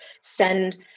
send